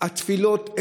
תפילות,